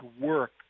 work